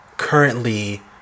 currently